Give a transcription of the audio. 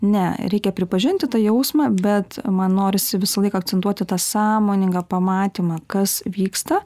ne reikia pripažinti tą jausmą bet man norisi visą laiką akcentuoti tą sąmoningą pamatymą kas vyksta